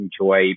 enjoy